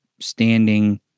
standing